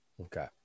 Okay